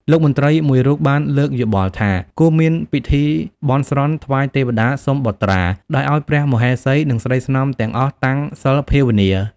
លោកមន្ត្រីមួយរូបបានលើកយោបល់ថា គួរមានពិធីបន់ស្រន់ថ្វាយទេព្តាសុំបុត្រា ដោយឱ្យព្រះមហេសី និងស្រីស្នំទាំងអស់តាំងសីលភាវនា។